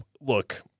Look